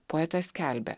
poetas skelbia